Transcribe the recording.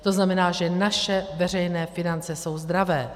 To znamená, že naše veřejné finance jsou zdravé.